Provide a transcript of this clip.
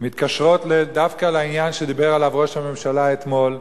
מתקשרות דווקא לעניין שדיבר עליו ראש הממשלה אתמול,